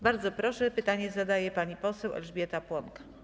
Bardzo proszę, pytanie zadaje pani poseł Elżbieta Płonka.